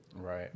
right